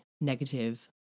negative